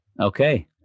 Okay